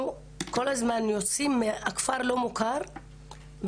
אנחנו כל הזמן יוצאים מכפר לא מוכר,